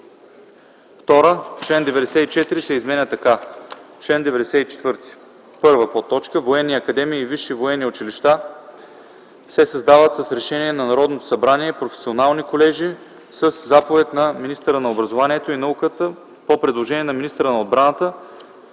2. Член 94 се изменя така: „Чл. 94. (1) Военни академии и висши военни училища се създават с решение на Народното събрание, професионални колежи със заповед на министъра на образованието и науката по предложение на министъра на отбраната,